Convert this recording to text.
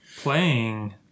playing